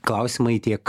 klausimai tiek